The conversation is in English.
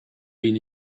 been